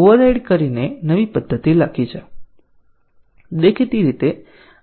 override કરીને નવી પદ્ધતિ લખી છે દેખીતી રીતે આપણે ટેસ્ટીંગ કરવાની જરૂર છે